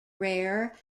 rare